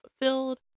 fulfilled